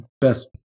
best